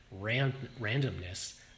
randomness